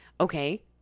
okay